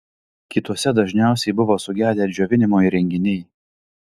kituose dažniausiai buvo sugedę džiovinimo įrenginiai